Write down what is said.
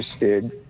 interested